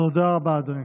תודה רבה, אדוני.